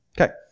Okay